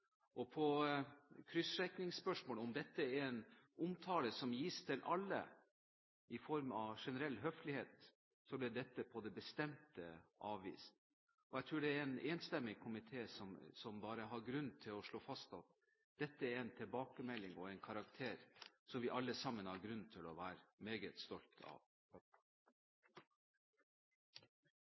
På kryssjekkingsspørsmål om dette er en omtale som gis til alle av generell høflighet, ble dette på det bestemte avvist. Jeg tror det er en enstemmig komité som har grunn til å slå fast at dette er en tilbakemelding og en karakter som vi alle har grunn til å være meget stolt av.